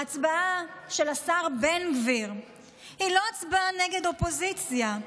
ההצבעה של השר בן גביר היא לא הצבעה נגד אופוזיציה,